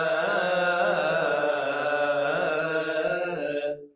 a